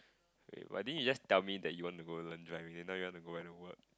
eh but didn't you just tell me that you want to go learn driving and now you want to go back to work